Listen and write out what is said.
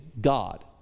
God